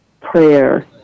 prayer